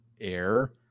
air